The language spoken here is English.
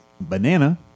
banana